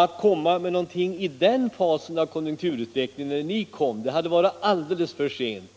Att komma med någonting i den fasen av konjunkturutvecklingen som ni gjorde var alldeles för sent.